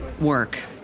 work